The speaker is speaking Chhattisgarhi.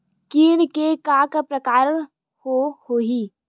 कीट के का का प्रकार हो होही?